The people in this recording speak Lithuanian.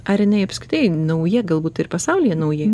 ar jinai apskritai nauja galbūt ir pasaulyje nauja